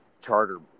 charter